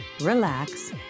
relax